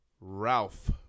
Ralph